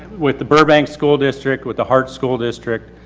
with the burbank school district, with the heart school district.